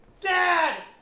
Dad